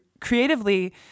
creatively